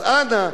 אז אנא,